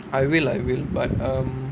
I will I will but um